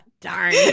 Darn